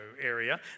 area